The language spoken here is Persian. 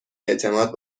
اعتماد